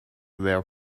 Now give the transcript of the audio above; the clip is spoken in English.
their